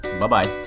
Bye-bye